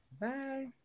Bye